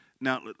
now